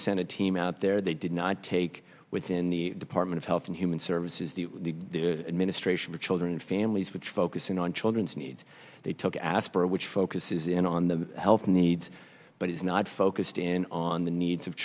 sent a team out there they did not take within the department of health and human services the administration for children and families which focusing on children's needs they took aspirin which focuses in on the health needs but it's not focused in on the needs of